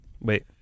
Wait